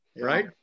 right